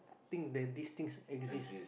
think that theses things exist